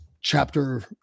chapter